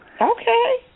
Okay